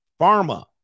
Pharma